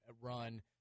run